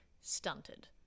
stunted